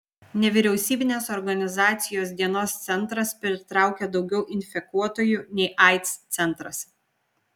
nevyriausybinės organizacijos dienos centras pritraukia daugiau infekuotųjų nei aids centras